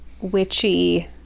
witchy